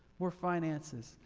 more finances,